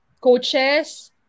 coaches